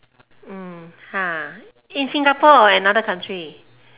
in Singapore or another country